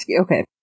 okay